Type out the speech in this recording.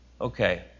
Okay